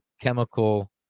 chemical